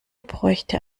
bräuchte